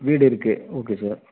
வீடு இருக்கு okay sir